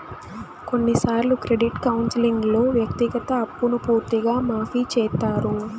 కొన్నిసార్లు క్రెడిట్ కౌన్సిలింగ్లో వ్యక్తిగత అప్పును పూర్తిగా మాఫీ చేత్తారు